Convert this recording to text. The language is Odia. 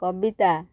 କବିତା